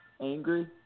angry